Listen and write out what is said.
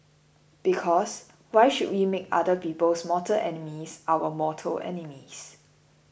because why should we make other people's mortal enemies our mortal enemies